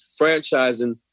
franchising